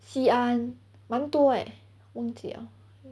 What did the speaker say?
西安蛮多 eh 忘记了